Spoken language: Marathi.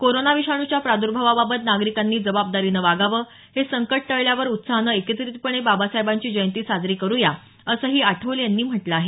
कोरोना विषाणूच्या प्रादर्भावाबाबत नागरिकांनी जबाबदारीनं वागावं हे संकट टळल्यावर उत्साहानं एकत्रितपणे बाबासाहेबांची जयंती साजरी करुया असंही आठवले यांनी म्हटलं आहे